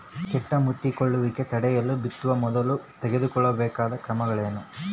ಕೇಟ ಮುತ್ತಿಕೊಳ್ಳುವಿಕೆ ತಡೆಯಲು ಬಿತ್ತುವ ಮೊದಲು ತೆಗೆದುಕೊಳ್ಳಬೇಕಾದ ಕ್ರಮಗಳೇನು?